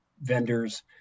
vendors